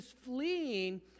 fleeing